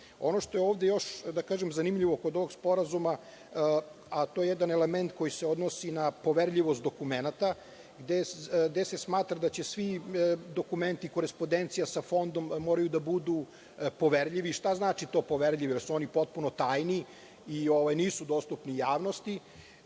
što je još zanimljivo kod ovog sporazuma jeste jedan element koji se odnosi na poverljivost dokumenata gde se smatra gde svi dokumenti, korespodencija sa Fondom moraju da budu poverljivi. Šta znači poverljivi? Jel su oni potpuno tajni i nisu dostupni javnosti?